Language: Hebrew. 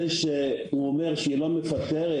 זה שהוא אומר שהיא לא מפטרת,